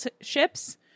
ships